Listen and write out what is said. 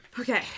Okay